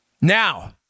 Now